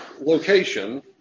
location